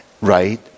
right